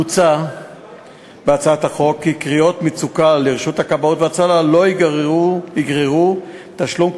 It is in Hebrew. מוצע בהצעת החוק כי קריאות מצוקה לרשות הכבאות וההצלה לא יגררו תשלום,